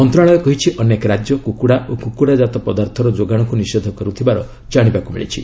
ମନ୍ତ୍ରଣାଳୟ କହିଛି ଅନେକ ରାଜ୍ୟ କୁକୁଡ଼ା ଓ କୁକୁଡ଼ା ଜାତ ପଦାର୍ଥର ଯୋଗାଣକୁ ନିଷେଧ କରୁଥିବାର ଜାଶିବାକୁ ମିଳିଛି